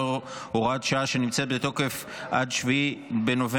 לאור הוראת שעה שנמצאת בתוקף עד 7 בנובמבר